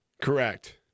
Correct